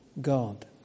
God